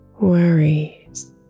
Worries